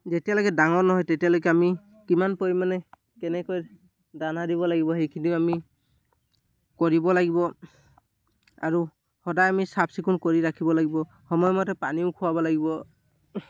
যেতিয়ালৈকে ডাঙৰ নহয় তেতিয়ালৈকে আমি কিমান পৰিমাণে কেনেকৈ দানা দিব লাগিব সেইখিনিও আমি কৰিব লাগিব আৰু সদায় আমি চাফ চিকুণ কৰি ৰাখিব লাগিব সময়মতে পানীও খুৱাব লাগিব